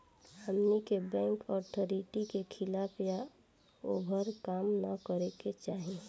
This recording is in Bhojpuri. हमनी के बैंक अथॉरिटी के खिलाफ या ओभर काम न करे के चाही